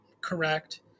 correct